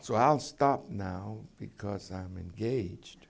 so i'll stop now because i am engaged